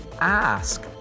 ask